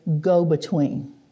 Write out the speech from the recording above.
go-between